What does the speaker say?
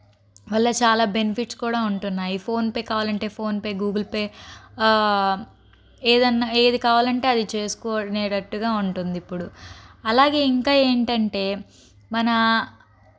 వల్ల చాలా బెనిఫిట్స్ కూడా ఉంటున్నాయి ఫోన్ పే కావాలంటే ఫోన్ పే గూగుల్ పే ఏదన్నా ఏది కావాలంటే అది చేసుకో అనేటట్టుగా ఉంటుంది ఇప్పుడు అలాగే ఇంకా ఏంటంటే మన